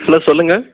hello சொல்லுங்கள்